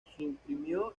suprimió